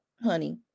honey